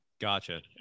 Gotcha